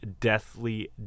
Deathly